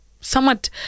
somewhat